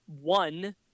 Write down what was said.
one